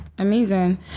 amazing